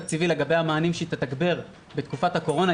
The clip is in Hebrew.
תקציבי לגבי המענים שהיא תתגבר בתקופת הקורונה,